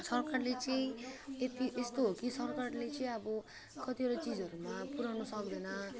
सरकारले चाहिँ त्यति यस्तो हो कि सरकारले चाहिँ अब कतिवटा चिजहरूमा पुऱ्याउनु सक्दैन